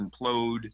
implode